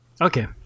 Okay